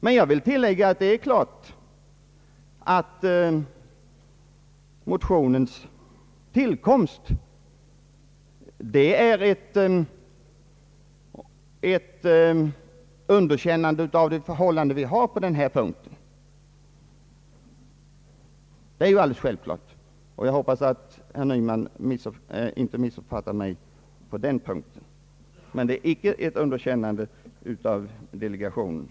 Men jag vill tillägga att motionens tillkomst givetvis är ett underkännande av de förhållanden som råder för närvarande. Det är alldeles självklart, och jag hoppas att herr Nyman inte missuppfattar mig i det avseendet.